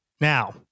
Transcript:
Now